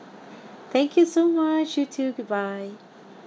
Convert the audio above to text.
thank you so much you too goodbye